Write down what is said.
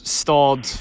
stalled